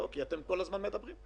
כי אתם כל הזמן מדברים.